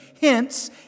Hence